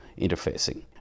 interfacing